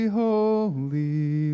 holy